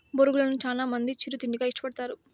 బొరుగులను చానా మంది చిరు తిండిగా ఇష్టపడతారు